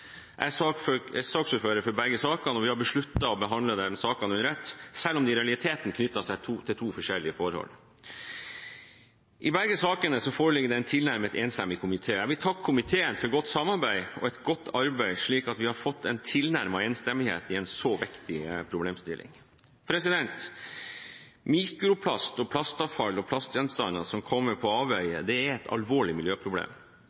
Jeg er saksordfører for begge sakene, og vi har besluttet å behandle sakene under ett, selv om de i realiteten knytter seg til to forskjellige forhold. I begge sakene er det en tilnærmet enstemmig komité. Jeg vil takke komiteen for godt samarbeid og et godt arbeid, slik at vi har fått en tilnærmet enstemmighet i en så viktig problemstilling. Mikroplast, plastavfall og plastgjenstander som kommer på avveier, er et alvorlig miljøproblem,